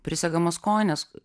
prisegamas kojines